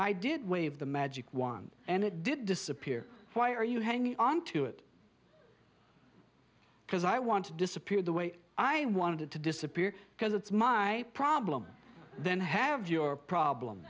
i did wave the magic wand and it did disappear why are you hanging on to it because i want to disappear the way i wanted to disappear because it's my problem then have your problem